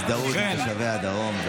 הזדהות עם תושבי הדרום.